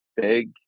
big